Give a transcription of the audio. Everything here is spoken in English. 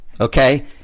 okay